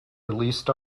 released